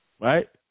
right